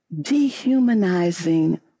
dehumanizing